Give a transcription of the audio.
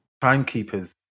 Timekeepers